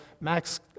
max